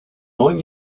neun